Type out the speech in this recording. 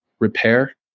repair